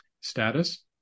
status